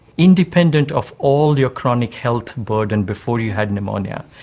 independent of all your chronic health burden before you had pneumonia.